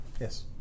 Yes